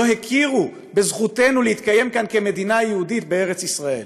לא הכירו בזכותנו להתקיים כאן כמדינה יהודית בארץ ישראל,